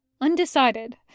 Undecided